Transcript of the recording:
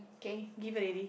K give already